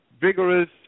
vigorous